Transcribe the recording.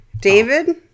David